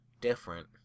different